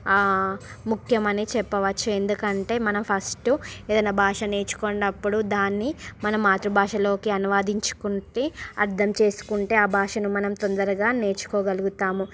ముఖ్యమైన చెప్పవచ్చు ఎందుకంటే మనం ఫస్ట్ ఏదైనా భాష నేర్చుకొన్నప్పుడు దానిని మన మాతృ భాషలోకి అనువదించుకుంటే అర్ధం చేసుకుంటే ఆ భాషను మనం తొందరగా నేర్చుకోగలుగుతాము